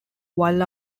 while